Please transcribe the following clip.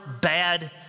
bad